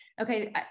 Okay